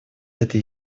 это